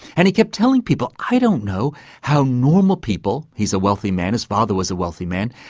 and he kept telling people, i don't know how normal people he's a wealthy man, his father was a wealthy man,